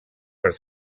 per